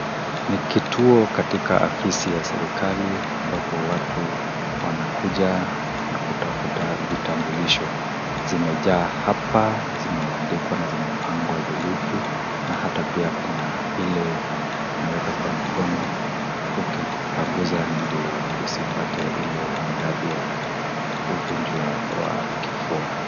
Ni kituo katika afisi ya serikali ambapo watu wanakuja kutafuta vitambulisho. Zimejaa hapa zimeandikwa na zimepangwa vilivyo na hata pia kuna ile unaweka kwa mikono ukipanguza ndio usipate ile maradhi ya ugonjwa wa kifua.